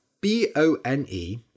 B-O-N-E